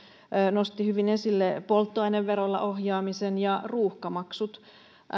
nosti hyvin esille polttoaineverolla ohjaamisen ja ruuhkamaksut